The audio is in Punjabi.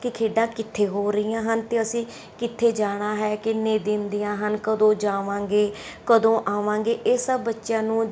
ਕਿ ਖੇਡਾਂ ਕਿੱਥੇ ਹੋ ਰਹੀਆਂ ਹਨ ਅਤੇ ਅਸੀਂ ਕਿੱਥੇ ਜਾਣਾ ਹੈ ਕਿੰਨੇ ਦਿਨ ਦੀਆਂ ਹਨ ਕਦੋਂ ਜਾਵਾਂਗੇ ਕਦੋਂ ਆਵਾਂਗੇ ਇਹ ਸਭ ਬੱਚਿਆਂ ਨੂੰ